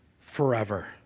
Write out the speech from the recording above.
forever